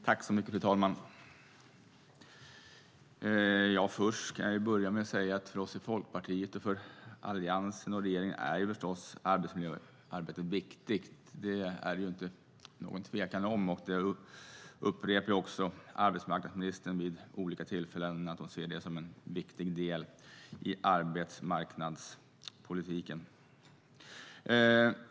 Fru talman! För oss i Folkpartiet, Alliansen och regeringen är arbetsmiljöarbetet förstås viktigt. Det är ingen tvekan om det. Arbetsmarknadsministern upprepar också vid olika tillfällen att hon ser det som en viktig del i arbetsmarknadspolitiken.